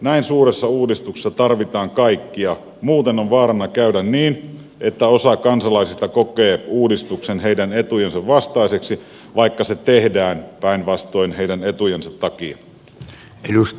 näin suuressa uudistuksessa tarvitaan kaikkia muuten on vaarana käydä niin että osa kansalaisista kokee uudistuksen etujensa vastaiseksi vaikka se tehdään päinvastoin heidän etujensa takia